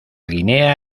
guinea